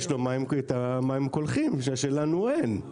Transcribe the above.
יש לו מים קולחין שלנו אין.